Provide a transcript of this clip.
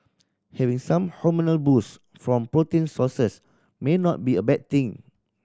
having some hormonal boost from protein sources may not be a bad thing